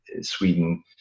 Sweden